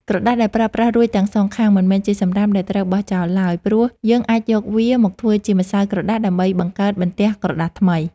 ក្រដាសដែលប្រើប្រាស់រួចទាំងសងខាង មិនមែនជាសំរាមដែលត្រូវបោះចោលឡើយ ព្រោះយើងអាចយកវាមកធ្វើជាម្សៅក្រដាសដើម្បីបង្កើតបន្ទះក្រដាសថ្មី។